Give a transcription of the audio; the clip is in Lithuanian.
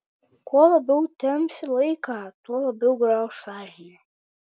kuo labiau tempsi laiką tuo labiau grauš sąžinė